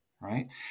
Right